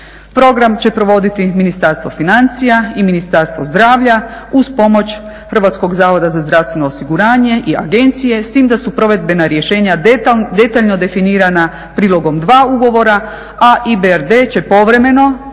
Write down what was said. Program će provoditi Ministarstvo financija i Ministarstvo zdravlja uz pomoć Hrvatskog zavoda za zdravstveno osiguranje i agencije s time da su provedbena rješenja detaljno definirana prilogom 2 ugovora a i EBRD će povremeno